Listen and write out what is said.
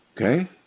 Okay